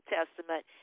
Testament